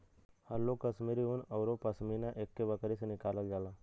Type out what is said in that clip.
हल्लुक कश्मीरी उन औरु पसमिना एक्के बकरी से निकालल जाला